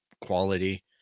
quality